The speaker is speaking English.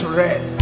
red